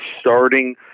starting